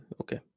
Okay